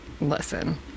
listen